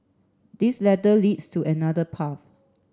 this ladder leads to another path